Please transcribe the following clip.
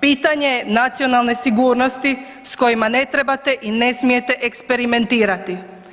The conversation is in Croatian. pitanje je nacionalne sigurnosti s kojima ne trebate i ne smijete eksperimentirati.